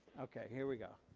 okay. here we go.